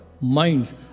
minds